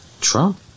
Trump